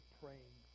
praying